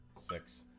six